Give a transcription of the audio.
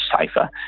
safer